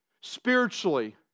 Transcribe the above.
spiritually